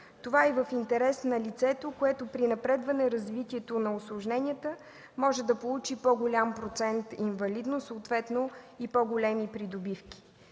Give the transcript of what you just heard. Това е в интерес на лицето, което при напредване развитието на усложненията, може да получи по-голям процент инвалидност, съответно по-големи придобивки.